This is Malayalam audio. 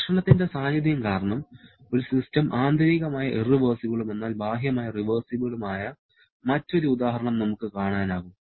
ഘർഷണത്തിന്റെ സാന്നിധ്യം കാരണം ഒരു സിസ്റ്റം ആന്തരികമായി ഇറവെർസിബളും എന്നാൽ ബാഹ്യമായി റിവേഴ്സിബളും ആയ മറ്റൊരു ഉദാഹരണം നമുക്ക് കാണാനാകും